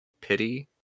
pity